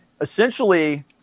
essentially